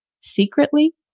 Secretly